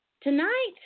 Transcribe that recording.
tonight